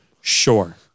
sure